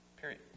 period